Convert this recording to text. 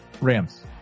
Rams